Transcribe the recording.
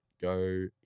go